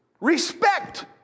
respect